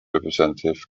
representative